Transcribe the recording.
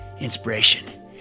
Inspiration